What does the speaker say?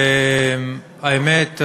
האמת,